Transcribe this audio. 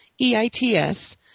EITS